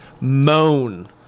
moan